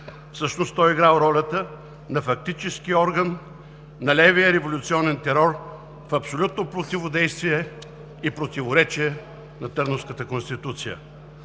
Всъщност той е играл ролята на фактически орган на левия революционен терор в абсолютно противодействие и противоречие на Търновската конституция.